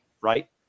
Right